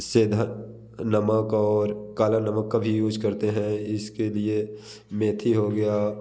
सेंधा नमक और काला नमक का भी यूज करते हैं इसके लिए मेथी हो गया